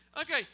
Okay